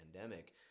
pandemic